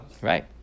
Right